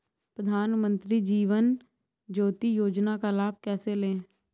प्रधानमंत्री जीवन ज्योति योजना का लाभ कैसे लें?